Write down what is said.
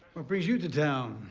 what brings you to town,